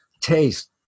taste